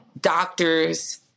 doctors